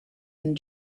and